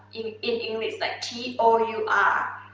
in english like t o u ah